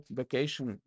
vacation